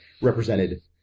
represented